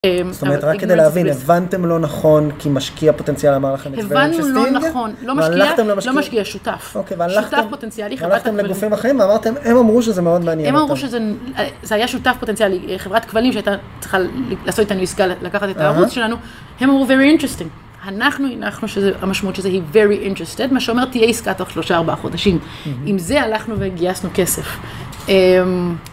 זאת אומרת, רק כדי להבין, הבנתם לא נכון, כי משקיע פוטנציאלי, אמר לכם it's very interesting? הבנו לא נכון, והלכתם, לא משקיע, לא משקיע, שותף. שותף פוטנציאלי, חברתם, הם אמרו שזה מאוד מעניין אותם. הם אמרו שזה, זה היה שותף פוטנציאלי. חברת כבלים, שהייתה צריכה לעשות איתנו עסקה לקחת את הערוץ שלנו, הם אמרו, very interesting. אנחנו הנחנו, המשמעות של זה היא, very interested, מה שאומרת, תהיה עסקה תוך 3-4 חודשים. עם זה הלכנו והגייסנו כסף.